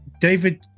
David